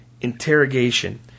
interrogation